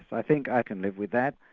i think i can live with that,